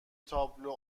تابلو